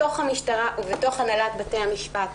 בתוך המשטרה ובתוך הנהלת בתי המשפט.